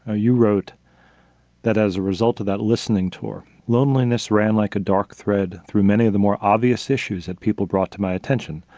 ah you wrote that as a result of that listening to your loneliness ran like a dark thread through many of the more obvious issues that people brought to my attention,